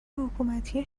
حکومتی